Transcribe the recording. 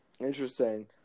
interesting